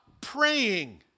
praying